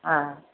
हा